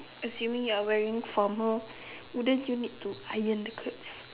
assuming you're wearing formal wouldn't you need to Iron the clothes